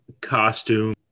costume